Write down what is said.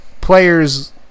players